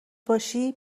باشی